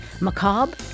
Macabre